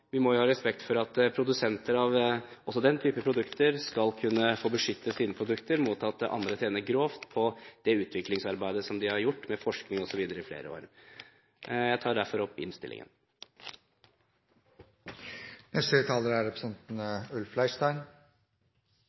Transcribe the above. Vi må ha respekt for at produsenter av også den type produkter skal kunne beskytte sine produkter mot at andre tjener grovt på det utviklingsarbeidet som de i flere år har gjort – forskning osv. Jeg anbefaler derfor innstillingen. Jeg vil aller først få takke saksordføreren for innlegget. Innstillingen er